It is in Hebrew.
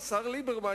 השר ליברמן,